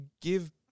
give